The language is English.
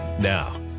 Now